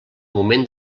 moment